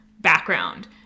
background